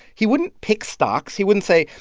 he wouldn't pick stocks. he wouldn't say,